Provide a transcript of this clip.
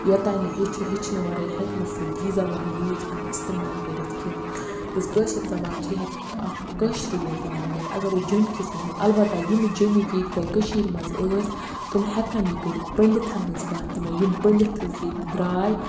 یوٚتانۍ نہٕ ہیٚچھِ ہیٚچھنہٕ وَرٲے ہیٚکنہٕ سُہ یہِ زَبان یوٗز اِستعمال کٔرِتھ کینٛہہ یُس کٲشِر زَبان چھِ یہ ہیٚکہِ اکھ کٲشرُے یوتَن ؤنِتھ اَگَرے جۄمکِس وَنو اَلبَتہ یِم جۄمِکۍ ییٚتہِ گۄڈٕ کٔشیٖر مَنٛز ٲسۍ تِم ہیٚکَن یہِ کٔرِتھ پنڈِتَن ہٕنٛز کتھ نِمو یِم پنڈِتھِز ییٚتہِ درٛاے